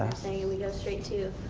saying we go straight to,